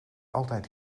altijd